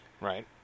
Right